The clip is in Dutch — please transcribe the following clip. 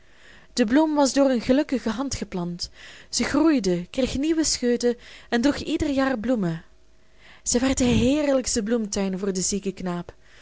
de bloem was door een gelukkige hand geplant zij groeide kreeg nieuwe scheuten en droeg ieder jaar bloemen zij werd de heerlijkste bloemtuin voor den zieken knaap